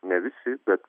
ne visi bet